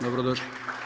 Dobro došli.